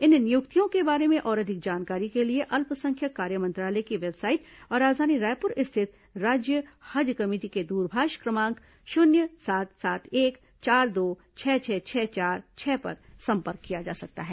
इन नियुक्तियों के बारे में और अधिक जानकारी के लिए अल्पसंख्यक कार्य मंत्रालय की वेबसाइट और राजधानी रायपुर स्थित राज्य हज कमेटी के द्रभाष क्रमांक शुन्य सात सात एक चार दो छह छह छह चार छह पर संपर्क किया जा सकता है